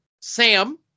Sam